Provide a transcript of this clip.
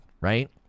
right